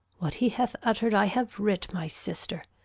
what he hath utter'd i have writ my sister.